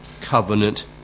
covenant